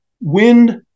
Wind